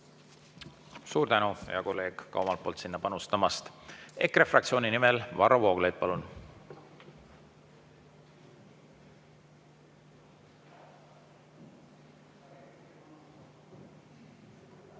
Suur tänu, hea kolleeg, ka omalt poolt sinna panustamast! EKRE fraktsiooni nimel Varro Vooglaid, palun!